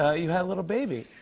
ah you have a little baby.